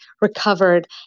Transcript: recovered